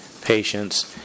patients